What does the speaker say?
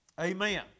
Amen